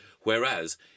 whereas